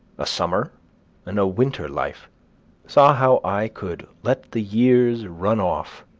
a summer and a winter life saw how i could let the years run off,